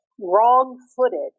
wrong-footed